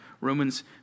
Romans